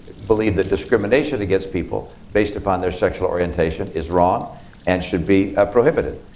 believe that discrimination against people based upon their sexual orientation is wrong and should be prohibited.